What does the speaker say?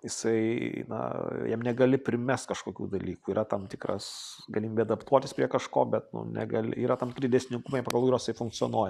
jisai na jam negali primest kažkokių dalykų yra tam tikras galimybė adaptuotis prie kažko bet negali yra tam tikri dėsningumai pagal kuriuos jie funkcionuoja